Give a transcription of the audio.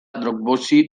dropboxi